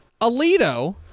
Alito